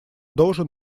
должен